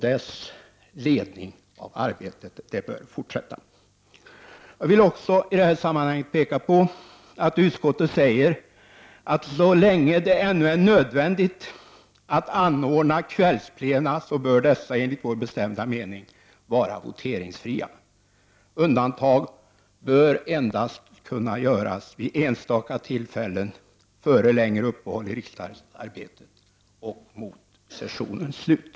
Dess ledning av arbetet bör fortsätta. Jag vill också i detta sammanhang peka på att utskottet skriver att så länge det är nödvändigt att anordna kvällsplena bör dessa enligt utskottets bestämda mening vara voteringsfria. Undantag bör göras endast vid enstaka tillfällen före längre uppehåll i riksdagsarbetet och mot sessionens slut.